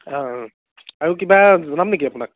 হয় আৰু কিবা জনাম নেকি আপোনাক